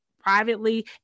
privately